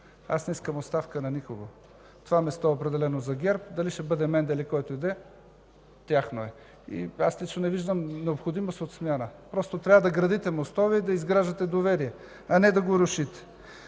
Аз не искам оставка на никого. Това място е определено за ГЕРБ – дали ще бъде Менда Стоянова или който и да е, тяхно е. Аз лично не виждам необходимост от смяна. Просто трябва да градите мостове и да изграждате доверие, а не да го рушите.